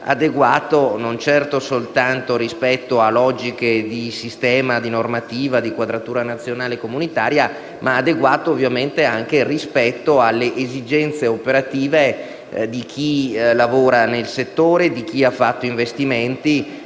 rispetto non certo solo a logiche di sistema, di normativa, di quadratura nazionale e comunitaria, ma ovviamente anche alle esigenze operative di chi lavora nel settore e di chi ha fatto investimenti.